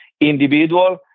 individual